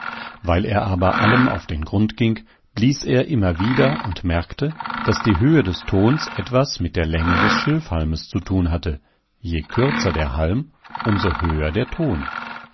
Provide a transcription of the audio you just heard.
er aber allem auf den grund ging blies er immer wieder und merkte daß die höhe des tons etwas mit der länge des schilfhalmes zu tun hatte je kürzer der halm um so höher der ton